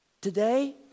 Today